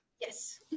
Yes